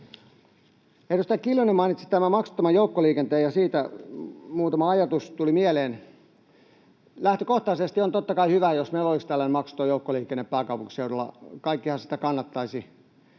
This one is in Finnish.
Edustaja Kiljunen mainitsi tämän maksuttoman joukkoliikenteen, ja siitä muutama ajatus tuli mieleen. Lähtökohtaisesti on totta kai hyvä, jos meillä olisi tällainen maksuton joukkoliikenne pääkaupunkiseudulla. Kaikkihan sitä kannattaisivat